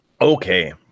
Okay